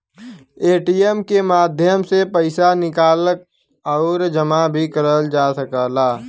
ATM के माध्यम से पइसा निकाल आउर जमा भी करल जा सकला